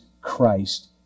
Christ